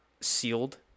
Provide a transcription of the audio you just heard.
sealed